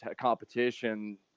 competition